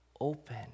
open